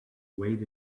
weight